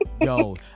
Yo